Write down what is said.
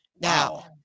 now